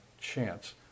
chance